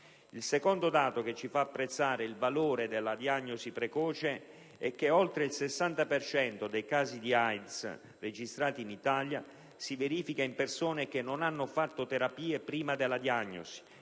Il secondo dato, che ci fa apprezzare il valore della diagnosi precoce, è che oltre il 60 per cento dei casi di AIDS registrati in Italia si verifica in persone che non hanno fatto terapie prima della diagnosi